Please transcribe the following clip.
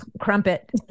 crumpet